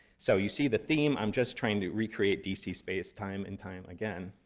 so you see the theme. i'm just trying to recreate d c. space time and time again.